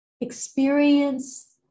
Experience